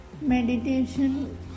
meditation